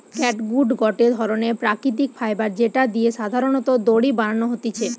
catgut গটে ধরণের প্রাকৃতিক ফাইবার যেটা দিয়ে সাধারণত দড়ি বানানো হতিছে